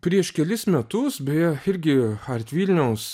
prieš kelis metus beje irgi art vilniaus